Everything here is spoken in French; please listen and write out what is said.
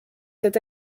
cet